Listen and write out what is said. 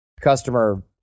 customer